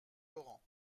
laurent